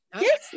Yes